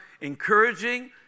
encouraging